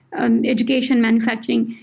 and education, manufacturing,